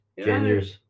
Gingers